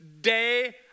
day